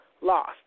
lost